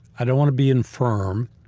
i don't want to be infirm.